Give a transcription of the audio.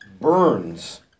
burns